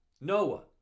Noah